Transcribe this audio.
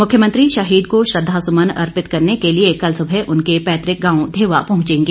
मुख्यमंत्री शहीद को श्रद्वासुमन अर्पित करने के लिए कल सुबह उनके पैतृक गांव धेवा पहुंचेंगे